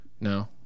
no